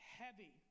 heavy